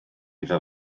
iddo